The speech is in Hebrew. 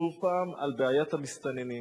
שוב על בעיית המסתננים.